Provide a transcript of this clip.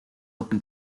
open